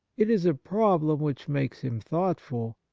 it is a problem which makes him thoughtful,